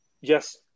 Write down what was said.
Yes